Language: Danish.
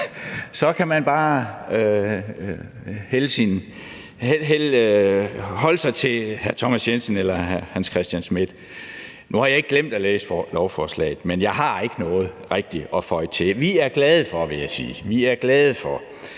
kan man bare holde sig til hr. Thomas Jensen eller hr. Hans Christian Schmidt. Nu har jeg ikke glemt at læse lovforslaget, men jeg har ikke rigtig noget at føje til. Vi er glade for, vil jeg sige, at